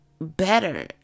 better